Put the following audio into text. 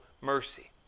mercy